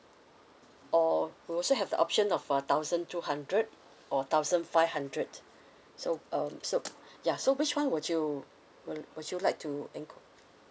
or you also have the option of uh thousand two hundred or thousand five hundred so um so ya so which one would you would would you like to enq~